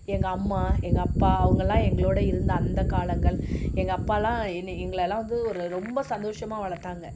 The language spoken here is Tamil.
எங்கள் அம்மா எங்கள் அப்பா அவங்கள்லாம் எங்களோட இருந்த அந்த காலங்கள் எங்கள் அப்பாலாம் இன்னைக்கு எங்களைலாம் வந்து ஒரு ரொம்ப சந்தோஷமாக வளர்த்தாங்க